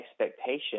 expectation